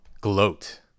gloat